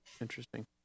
interesting